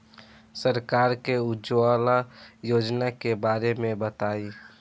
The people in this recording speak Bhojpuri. सरकार के उज्जवला योजना के बारे में बताईं?